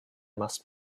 must